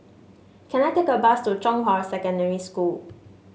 can I take a bus to Zhonghua Secondary School